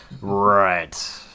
Right